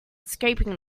scraping